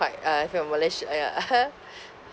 buy uh from malaysia !aiya! (uh huh)